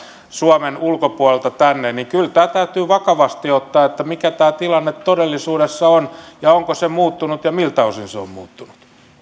suomen ulkopuolelta rahoitusta tänne täytyy vakavasti ottaa se mikä tämä tilanne todellisuudessa on ja onko se muuttunut ja miltä osin se on muuttunut